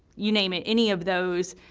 you name it. any of those.